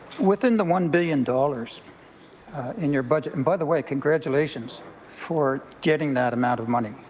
within the one billion dollars in your budget and by the way congratulations for getting that amount of money.